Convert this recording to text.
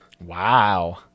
Wow